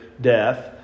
death